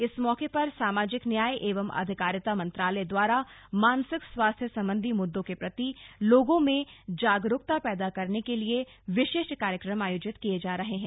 इस मौके पर सामाजिक न्याय एवं अधिकारिता मंत्रालय द्वारा मानसिक स्वास्थ्य संबंधी मुद्दों के प्रति लोगों में जागरुकता पैदा करने के लिए विशेष कार्यक्रम आयोजित किये जा रहे हैं